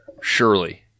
Surely